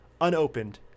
unopened